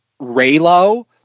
Raylo